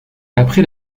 après